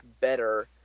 better